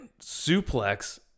suplex